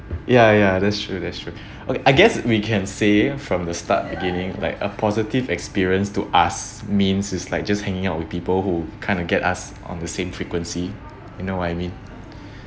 ya ya that's true that's true okay I guess we can say from the start beginning like a positive experience to us means is like just hanging out with people who kind of get us on the same frequency you know what I mean